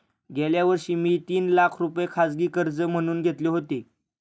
गेल्या वर्षी मी तीन लाख रुपये खाजगी कर्ज म्हणून घेतले होते